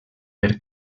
per